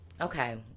Okay